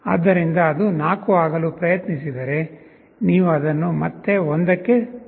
ಆದ್ದರಿಂದ ಅದು 4 ಆಗಲು ಪ್ರಯತ್ನಿಸಿದರೆ ನೀವು ಅದನ್ನು ಮತ್ತೆ 1 ಕ್ಕೆ ತರುತ್ತೀರಿ